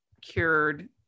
cured